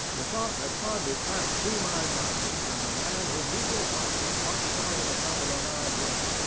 the thought had hardly passed through my mind when the man whom we were watching caught sight of the number on our door,